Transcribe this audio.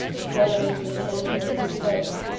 following the example of his faith,